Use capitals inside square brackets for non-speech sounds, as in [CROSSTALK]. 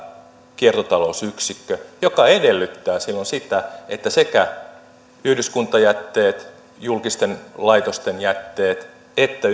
kiertotalousyksikkö joka edellyttää silloin sitä että sekä yhdyskuntajätteet ja julkisten laitosten jätteet että [UNINTELLIGIBLE]